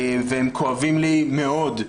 והם כואבים לי מאוד.